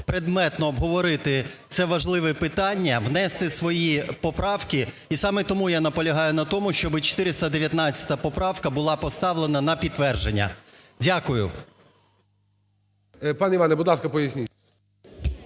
предметно обговорити це важливе питання, внести свої поправки, і саме тому я наполягаю на тому, щоб 419 поправка була поставлена на підтвердження. Дякую. ГОЛОВУЮЧИЙ. Пане Іване, будь ласка, поясніть.